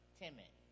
timid